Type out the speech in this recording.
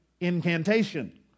incantation